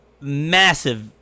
massive